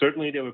certainly there were